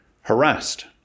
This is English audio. harassed